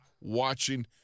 watching